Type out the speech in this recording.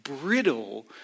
brittle